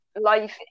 life